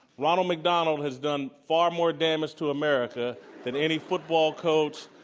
ronald mcdonald has done far more damage to america than any football coach,